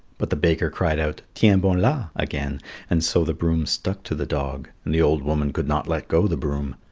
but the baker cried out tiens-bon-la again and so the broom stuck to the dog and the old woman could not let go the broom.